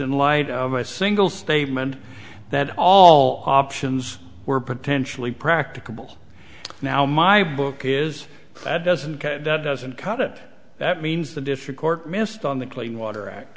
in light of my single statement that all options were potentially practicable now my book is that doesn't that doesn't cut it that means the district court missed on the clean water act